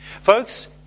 Folks